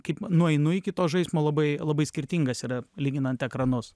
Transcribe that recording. kaip nueinu iki to žaismo labai labai skirtingas yra lyginant ekranus